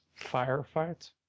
Firefight